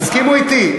תסכימו אתי?